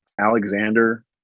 Alexander